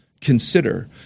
consider